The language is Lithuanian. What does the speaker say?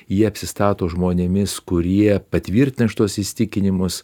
jie apsistato žmonėmis kurie patvirtina šituos įsitikinimus